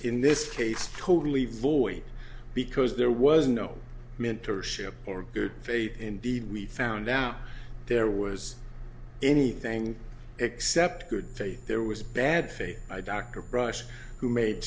in this case totally void because there was no mentorship or good faith indeed we found out there was anything except good faith there was bad faith by dr brush who made